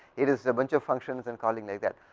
it is bunch of function is and called in like that,